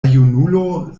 junulo